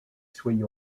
suoi